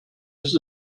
ist